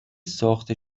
ساخته